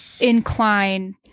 incline